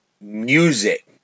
music